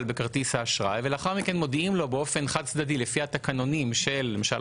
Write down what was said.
בכרטיס האשראי ולאחר מכן מודיעים לו באופן חד צדדי לפי התקנונים של למשל